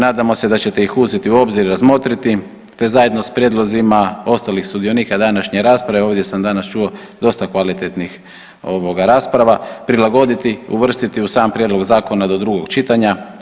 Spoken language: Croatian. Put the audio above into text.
Nadamo se da ćete ih uzeti u obzir i razmotriti, te zajedno s prijedlozima ostalih sudionika današnje rasprave, ovdje sam danas čuo dosta kvalitetnih ovoga rasprava, prilagoditi i uvrstiti u sam prijedlog zakona do drugog čitanja.